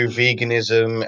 veganism